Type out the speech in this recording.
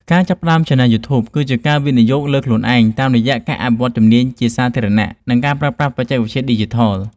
ការចាប់ផ្តើមឆានែលយូធូប គឺជាការវិនិយោគលើខ្លួនឯងតាមរយៈការអភិវឌ្ឍជំនាញនិយាយជាសាធារណៈ និងការប្រើប្រាស់បច្ចេកវិទ្យាឌីជីថល។